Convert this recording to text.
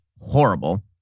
horrible